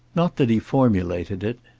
not that he formulated it.